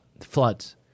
Floods